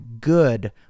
good